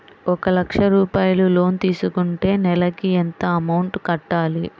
ఒక లక్ష రూపాయిలు లోన్ తీసుకుంటే నెలకి ఎంత అమౌంట్ కట్టాలి?